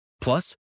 Plus